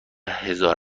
هزار